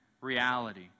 reality